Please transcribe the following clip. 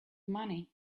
money